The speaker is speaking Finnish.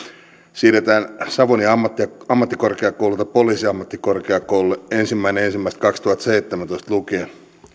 siirretään savonia ammattikorkeakoululta poliisiammattikorkeakoululle ensimmäinen ensimmäistä kaksituhattaseitsemäntoista lukien